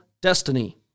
destiny